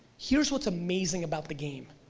here's what's amazing about the game.